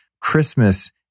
Christmas